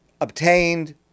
obtained